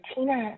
Tina